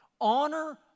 Honor